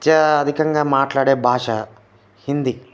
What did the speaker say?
అత్యధికంగా మాట్లాడే భాష హిందీ